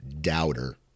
doubter